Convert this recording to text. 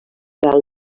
del